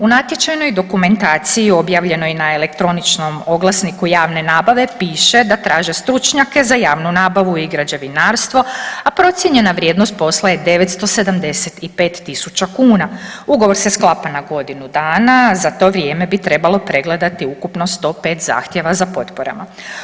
U natječajnoj dokumentaciji objavljenoj na elektroničnom oglasniku javne nabave piše da traže stručnjake za javnu nabavu i građevinarstvo, a procijenjena vrijednost posla je 975.000 kuna, ugovor se sklapa na godinu dana, za to vrijeme bi trebalo pregledati ukupno 105 zahtjeva za potporama.